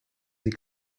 sie